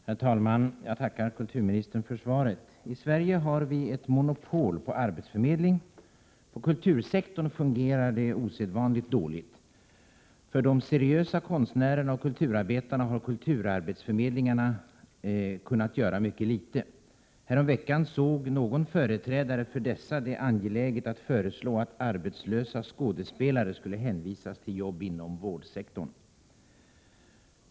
Herr talman! Jag tackar kulturministern för svaret. I Sverige har vi ett monopol på arbetsförmedlingens område. Inom kultursektorn fungerar det osedvanligt dåligt. För de seriösa konstnärerna och kulturarbetarna har kulturarbetsförmedlingarna kunnat göra mycket litet. Häromveckan ansåg någon företrädare för dessa det angeläget att föreslå att arbetslösa skådespelare skulle hänvisas till jobb inom vårdsektorn.